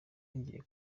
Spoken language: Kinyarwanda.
yongeye